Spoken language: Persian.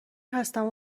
هستم